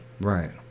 right